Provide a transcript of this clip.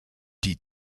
die